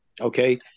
okay